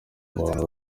abantu